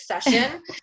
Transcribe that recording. session